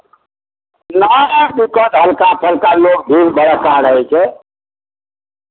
नहि दिक्कत हलका फलका लोक भीड़ भड़क्का रहै छै